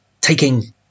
taking